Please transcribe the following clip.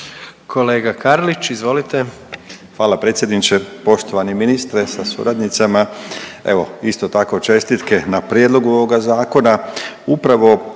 **Karlić, Mladen (HDZ)** Hvala predsjedniče. Poštovani ministre sa suradnicama, evo isto tako čestitke na prijedlogu ovoga zakona.